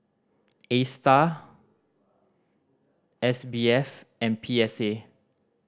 Astar S B F and P S A